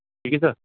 ٹھیک ہے سر